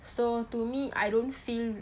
so to me I don't feel